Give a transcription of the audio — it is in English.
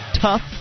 tough